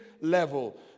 level